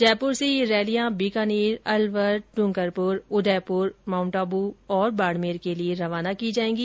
जयपुर से ये रैलियां बीकानेर अलवर डूंगरपुर उदयपुर माउंटआबू और बाड़मेर के लिए रवाना की जाएगी